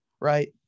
right